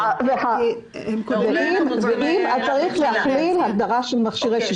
אז צריך להכליל הגדרה של "מכשירי שיקום".